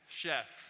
chef